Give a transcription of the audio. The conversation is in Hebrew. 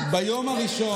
אני ביום הראשון,